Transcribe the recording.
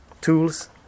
tools